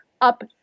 up